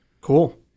Cool